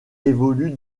évolue